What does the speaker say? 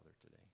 today